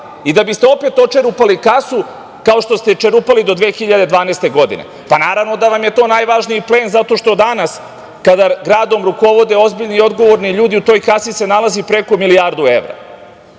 i da bi ste opet očerupali kasu, kao što ste je čerupali do 2012. godine. Naravno da vam je to najvažniji plen zato što danas kada gradom rukovode ozbiljni i odgovorni ljudi, u toj kasi se nalazi preko milijardu evra. Nije